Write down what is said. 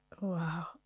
Wow